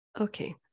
Okay